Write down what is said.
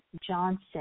Johnson